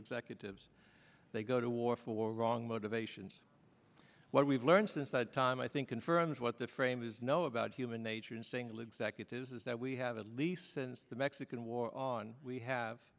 executives they go to war for wrong motivations what we've learned since that time i think confirms what the framers know about human nature in single executives is that we have at least since the mexican war on we have